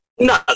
No